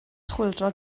chwyldro